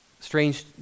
Strange